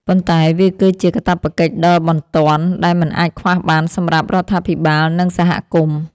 ប៉ុន្តែវាគឺជាកាតព្វកិច្ចដ៏បន្ទាន់ដែលមិនអាចខ្វះបានសម្រាប់រដ្ឋាភិបាល និងសហគមន៍។